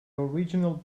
original